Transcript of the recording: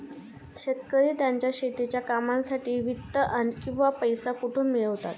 शेतकरी त्यांच्या शेतीच्या कामांसाठी वित्त किंवा पैसा कुठून मिळवतात?